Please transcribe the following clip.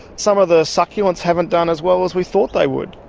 some of the succulents haven't done as well as we thought they would.